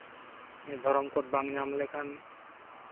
ᱱᱤᱭᱟ ᱫᱷᱚᱨᱚᱢᱠᱳᱰ ᱵᱟᱝ ᱧᱟᱢ ᱞᱮᱠᱷᱟᱱ